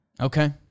Okay